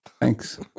thanks